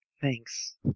thanks